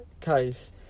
case